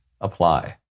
apply